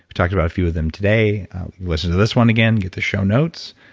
we talked about a few of them today listen to this one again, get to show notes.